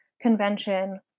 convention